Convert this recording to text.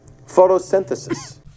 photosynthesis